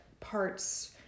Parts